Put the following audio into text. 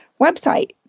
website